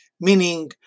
Meaning